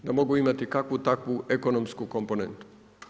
Da mogu imati kakvu takvu ekonomsku komponentu.